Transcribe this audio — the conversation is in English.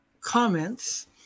comments